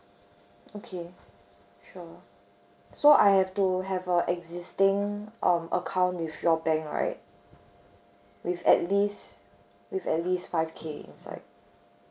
okay sure so I have to have a existing um account with your bank right with at least with at least five K inside